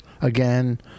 again